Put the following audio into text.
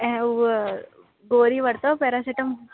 ऐं हूअ गोरी वरितो पैरासिटेम